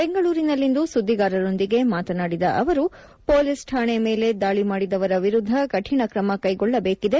ಬೆಂಗಳೂರಿನಲ್ಲಿಂದು ಸುದ್ದಿಗಾರರೊಂದಿಗೆ ಮಾತನಾಡಿದ ಅವರು ಪೊಲೀಸ್ ಠಾಣೆ ಮೇಲೆ ದಾಳಿ ಮಾಡಿದವರ ವಿರುದ್ದ ಕರಿಣ ಕ್ರಮ ಕೈಗೊಳ್ಳಬೇಕಿದೆ